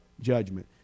judgment